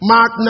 Mark